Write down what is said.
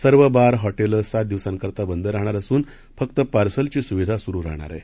सर्व bar hotel सात दिवसांकरता बंद राहणार असुन फक्त पार्सलची सुविधा सुरू राहणार आहे